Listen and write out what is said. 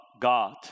God